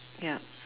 yup